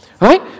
Right